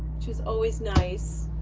which is always nice.